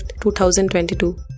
2022